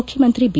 ಮುಖ್ಯಮಂತ್ರಿ ಬಿ